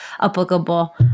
applicable